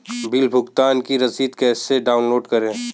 Bill भुगतान की रसीद कैसे डाउनलोड करें?